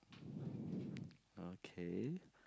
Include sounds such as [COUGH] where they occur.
[BREATH] okay